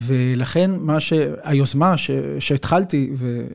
ולכן מה שהיוזמה שהתחלתי ו...